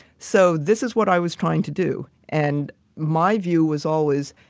so, this is what i was trying to do. and my view was always,